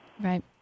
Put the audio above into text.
Right